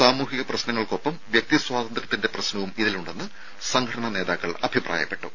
സാമൂഹിക പ്രശ്നങ്ങൾക്ക് ഒപ്പം വ്യക്തി സ്വാതന്ത്ര്യത്തിൻെറ പ്രശ്നവും ഇതിലുണ്ടെന്ന് സംഘടനാ നേതാക്കൾ അഭിപ്രായപ്പെട്ടു